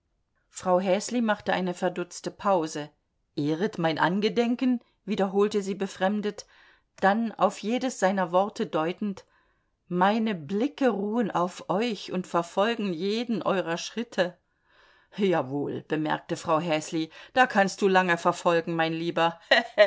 frau häsli machte eine verdutzte pause ehret mein angedenken wiederholte sie befremdet dann auf jedes seiner worte deutend meine blicke ruhen auf euch und verfolgen jeden euerer schritte jawohl bemerkte frau häsli da kannst du lange verfolgen mein lieber